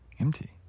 Empty